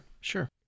Sure